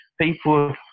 people